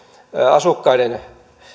asukkaiden